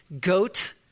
goat